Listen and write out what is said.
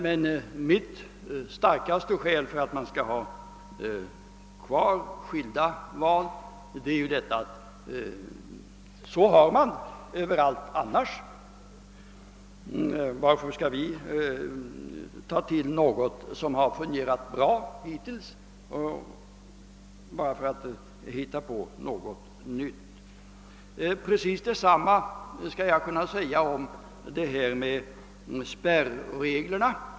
Men mitt starkaste skäl för att ha kvar skilda val är att man har det i alla andra länder. Varför skall vi ta bort något som har fungerat bra hittills bara för att hitta på något nytt? Precis detsamma skulle jag kunna säga beträffande spärreglerna.